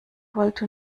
wollte